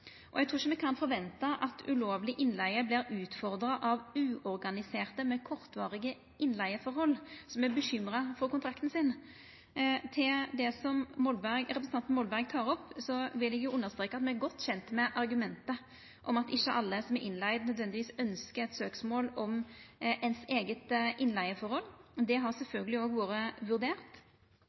Eg trur ikkje me kan forventa at ulovleg innleige vert utfordra av uorganiserte med kortvarige innleigeforhold som er bekymra for kontrakten sin. Til det som representanten Molberg tek opp, vil eg understreka at me er godt kjende med argumentet om at ikkje alle som er innleigde, nødvendigvis ønskjer eit søksmål om sitt eige innleigeforhold. Det har sjølvsagt òg vore vurdert.